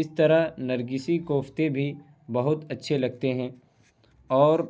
اس طرح نرگسی کوفتے بھی بہت اچھے لگتے ہیں اور